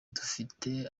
dufite